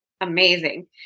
Amazing